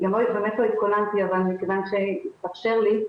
ואני באמת לא התכוננתי אבל מכיוון שהתאפשר לי,